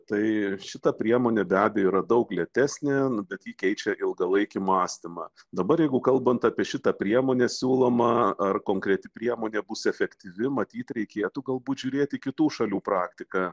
tai šita priemonė be abejo yra daug lėtesnė bet ji keičia ilgalaikį mąstymą dabar jeigu kalbant apie šitą priemonę siūlomą ar konkreti priemonė bus efektyvi matyt reikėtų galbūt žiūrėti kitų šalių praktiką